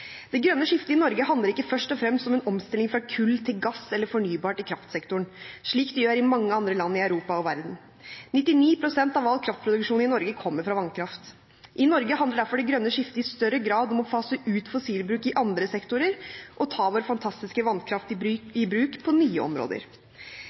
Det grønne skiftet i Norge handler ikke først og fremst om en omstilling fra kull til gass eller fornybart i kraftsektoren, slik det gjør i mange andre land i Europa og verden. 99 pst. av all kraftproduksjon i Norge kommer fra vannkraft. I Norge handler derfor det grønne skiftet i større grad om å fase ut fossilbruk i andre sektorer og ta vår fantastiske vannkraft i